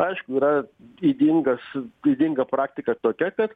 aišku yra ydingas ydinga praktika tokia kad